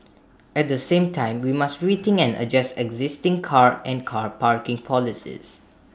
at the same time we must rethink and adjust existing car and car parking policies